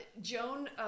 Joan